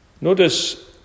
Notice